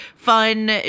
Fun